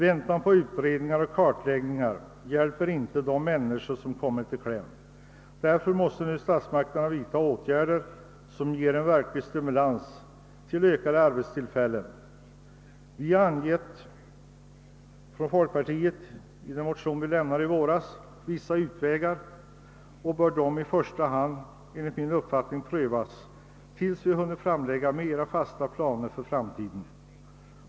Väntan på utredningar och kartläggningar hjälper inte de människor som kommit i kläm. Därför måste nu statsmakterna vidtaga åtgärder som ger en verklig stimulans till ökade arbetstillfällen. Vi har från folkpartiets sida i en motion angett vissa utvägar, och dessa bör i första hand prövas tills vi hunnit framlägga mera fasta planer för framtiden.